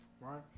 right